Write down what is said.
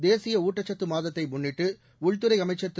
தேசிய ஊட்டச்சத்து மாதத்தை முன்னிட்டு உள்துறை அமைச்சர் திரு